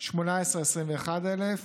2018,